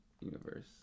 universe